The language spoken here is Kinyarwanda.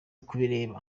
kubireka